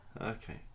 Okay